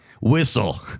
Whistle